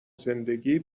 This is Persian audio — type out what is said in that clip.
زندگی